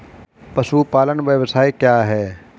पशुपालन व्यवसाय क्या है?